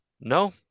no